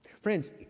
Friends